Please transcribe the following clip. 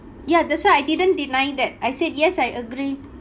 ya that's why I didn't deny that I said yes I agree